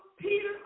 Peter